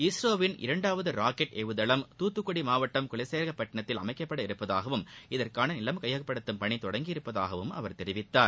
இஸ்ரோவின் இரண்டாவது ராக்கெட் ஏவுதளம் தூத்துக்குடி மாவட்டம் குலசேகரப்பட்டினத்தில் அமைக்கப்பட உள்ளதாகவும் இதற்கான நிலம் கையகப்படுத்தும் பணி தொடங்கி உள்ளதாகவும் அவர் தெரிவித்தார்